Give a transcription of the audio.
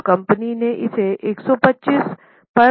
अब कंपनी ने इसे 125 पर बना दिया है